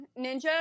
Ninja